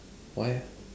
why eh